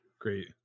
great